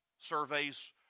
Surveys